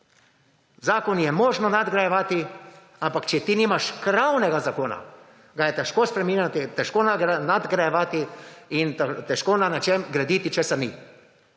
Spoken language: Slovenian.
Zakon je možno nadgrajevati, ampak če ti nimaš krovnega zakona, ga je težko spreminjati, težko nadgrajevati in težko na nečem graditi česar ni.